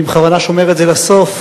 אני בכוונה שומר את זה לסוף,